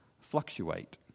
fluctuate